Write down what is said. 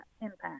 Impact